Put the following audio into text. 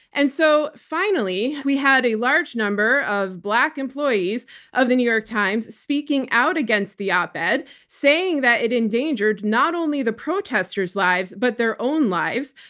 and so finally, we had a large number of black employees of the new york times speaking out against the ah op-ed saying that it endangered not only the protesters' lives, but their own lives.